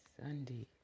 Sunday